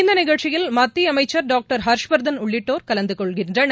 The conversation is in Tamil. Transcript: இந்த நிகழ்ச்சியில் மத்திய அமைச்சர் டாக்டர் ஹர்ஷ்வர்தன் உள்ளிட்டோர் கலந்து கொள்கின்றனர்